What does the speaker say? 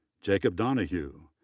jacob donahue,